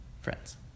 Friends